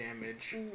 damage